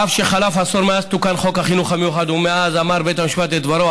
אף שחלף עשור מאז תוקן חוק החינוך המיוחד ומאז אמר בית המשפט את דברו,